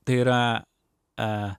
tai yra